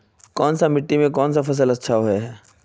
कोन सा मिट्टी में कोन फसल अच्छा होय है?